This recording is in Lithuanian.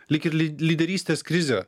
lyg ir ly lyderystės krizė